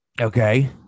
okay